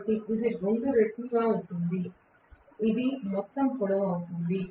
కాబట్టి ఇది 2 రెట్లు గా ఉంటుంది ఇది మొత్తం పొడవు అవుతుంది